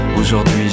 Aujourd'hui